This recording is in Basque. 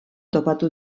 topatu